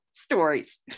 stories